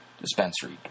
dispensary